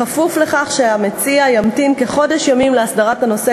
בכפוף לכך שהמציע ימתין כחודש ימים להסדרת הנושא,